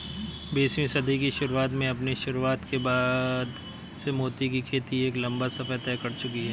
बीसवीं सदी की शुरुआत में अपनी शुरुआत के बाद से मोती की खेती एक लंबा सफर तय कर चुकी है